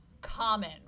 common